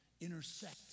intersect